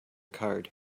card